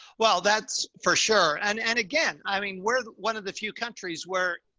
well, that's for sure. and and again, i mean, we're one of the few countries where,